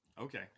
Okay